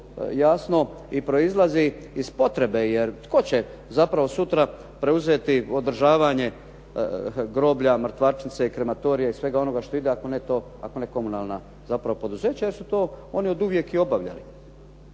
jasno i proizlazi iz potrebe. Jer, tko će zapravo sutra preuzeti održavanja groblja, mrtvačnice, krematorija i svega onoga što ide, ako ne komunalna poduzeća jer su to oni oduvijek i obavljali.